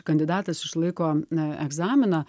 kandidatas išlaiko egzaminą